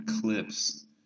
clips